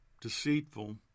deceitful